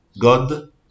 God